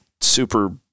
super